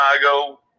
Chicago